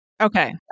Okay